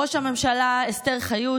ראש הממשלה, אסתר חיות,